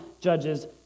judges